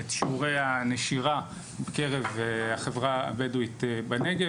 את שיעורי הנשירה בקרב החברה הבדואית בנגב,